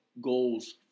goals